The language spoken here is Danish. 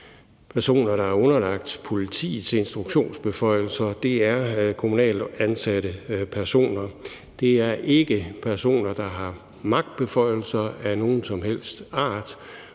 personer, der er underlagt politiets instruktionsbeføjelser; det er kommunalt ansatte personer. Det er ikke personer, der har magtbeføjelser af nogen som helst art,